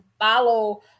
follow